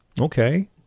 Okay